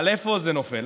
אבל איפה זה נופל?